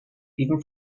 even